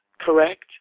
correct